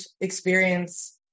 experience